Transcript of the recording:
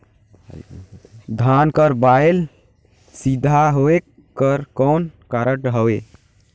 धान कर बायल सीधा होयक कर कौन कारण हवे?